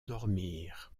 dormir